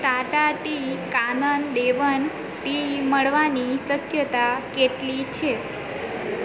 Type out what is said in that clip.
Tata tea Kanan Devan tea મળવાની શક્યતા કેટલી છે